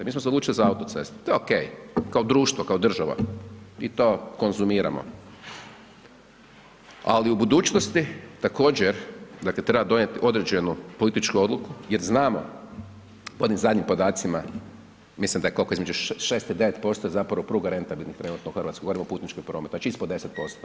Mi smo se odlučili za autoceste, to je OK, kao društvo, kao država i to konzumiramo, ali u budućnosti također dakle treba donijeti određenu političku odluku jer znamo, po onim zadnjim podacima mislim da je kolko, između 6 i 9% je zapravo pruga rentabilnih trenutno u Hrvatskoj govorim o putničkom prometu, znači ispod 10%